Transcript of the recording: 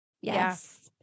Yes